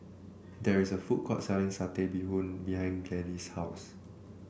there is a food court selling Satay Bee Hoon behind Gladys' house